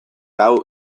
hau